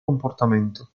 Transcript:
comportamento